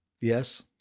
yes